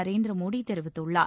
நரேந்திர மோடி தெரிவித்துள்ளார்